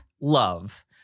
love